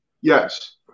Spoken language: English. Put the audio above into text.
Yes